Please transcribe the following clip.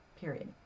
period